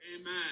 Amen